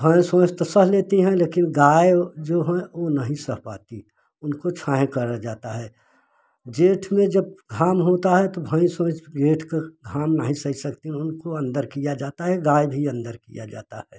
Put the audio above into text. भैंस वैंस तो सह लेती हैं लेकिन गाय जो हैं ओ नहीं सह पाती उनको छांहे करा जाता है जेठ में जब घाम होता है तो भैंस ओइस पेट का घाम नाही सहे सकतीं उनको अंदर किया जाता है गाय भी अंदर किया जाता है